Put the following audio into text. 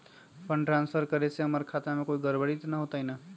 Fund transfer करे से हमर खाता में कोई गड़बड़ी त न होई न?